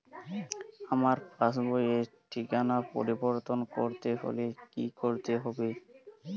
আমার পাসবই র ঠিকানা পরিবর্তন করতে হলে কী করতে হবে?